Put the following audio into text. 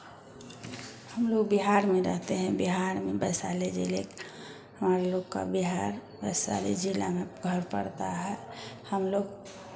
हम लोग बिहार में रहते हैं बिहार में वैशाली जिले हमारे लोग का बिहार वैशाली जिला में घर पड़ता है हम लोग